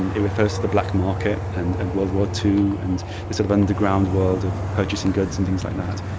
and it refers to the black market and and world war two and the sort of underground world of purchasing goods and things like that.